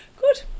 Good